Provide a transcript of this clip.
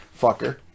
Fucker